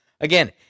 again